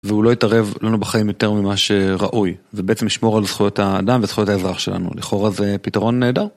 והוא לא יתערב לנו בחיים יותר ממה שראוי. זה בעצם לשמור על זכויות האדם וזכויות האזרח שלנו, לכאורה זה פתרון נהדר.